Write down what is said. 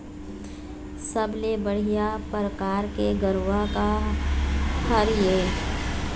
सबले बढ़िया परकार के गरवा का हर ये?